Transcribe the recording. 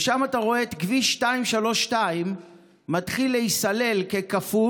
שם אתה רואה את כביש 232 מתחיל להיסלל ככפול,